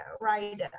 right